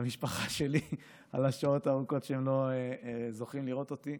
למשפחה שלי על השעות הארוכות שהם לא זוכים לראות אותי.